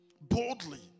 boldly